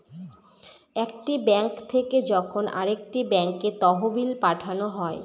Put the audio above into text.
একটি ব্যাঙ্ক থেকে যখন আরেকটি ব্যাঙ্কে তহবিল পাঠানো হয়